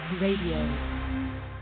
Radio